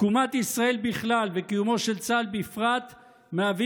תקומת ישראל בכלל וקיומו של צה"ל בפרט מהווה